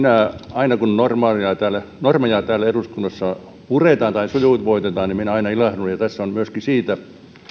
aina kun normeja täällä normeja täällä eduskunnassa puretaan tai sujuvoitetaan niin minä ilahdun ja tässä on myöskin siitä